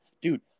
dude